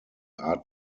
art